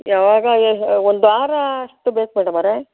ಯಾವಾಗ ಒಂದು ವಾರ ಅಷ್ಟು ಬೇಕು ಮೇಡಮೊರೆ